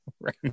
right